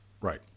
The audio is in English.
Right